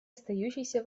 остающейся